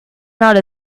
not